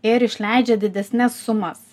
ir išleidžia didesnes sumas